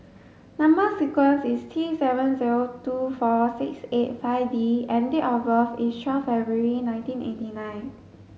number sequence is T seven zero two four six eight five D and date of birth is twelfth February nineteen eighty nine